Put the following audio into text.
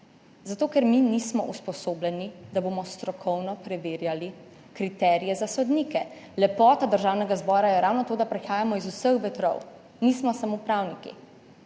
Zato, ker mi nismo usposobljeni, da bomo strokovno preverjali kriterije za sodnike. Lepota Državnega zbora je ravno to, da prihajamo z vseh vetrov, nismo samo pravniki.